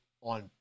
on